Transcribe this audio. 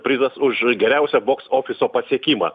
prizas už geriausią boks ofiso pasiekimą